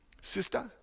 Sister